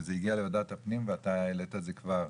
וזה הגיע לוועדת הפנים, ואתה העלית את זה כבר.